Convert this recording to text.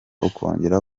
ukongera